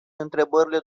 întrebările